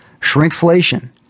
Shrinkflation